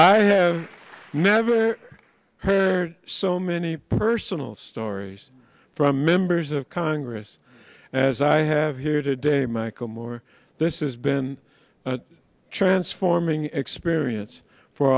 i have never heard so many personal stories from members of congress as i have here today michael moore this has been transforming experience for